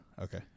Okay